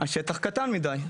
השטח קטן מידי.